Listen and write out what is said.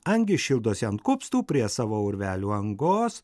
angys šildosi ant kupstų prie savo urvelių angos